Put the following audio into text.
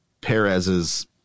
Perez's